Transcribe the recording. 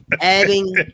adding